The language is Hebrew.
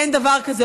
אין דבר כזה,